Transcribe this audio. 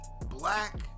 black